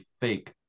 fake